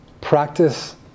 practice